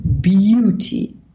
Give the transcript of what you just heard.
beauty